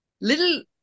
little